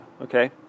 okay